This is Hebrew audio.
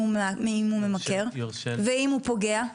אם הוא ממכר ואם הוא פוגע?